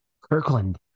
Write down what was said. Kirkland